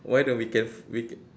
why don't we can we